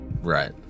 Right